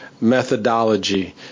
methodology